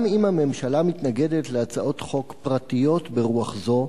גם אם הממשלה מתנגדת להצעות חוק פרטיות ברוח זו,